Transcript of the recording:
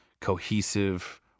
cohesive